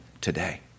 today